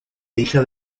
hija